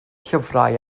llyfrau